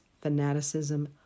fanaticism